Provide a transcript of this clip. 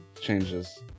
changes